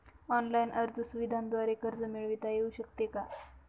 Online अर्ज सुविधांद्वारे कर्ज मिळविता येऊ शकते का?